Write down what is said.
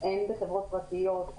הן בחברות פרטיות,